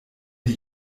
die